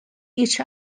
each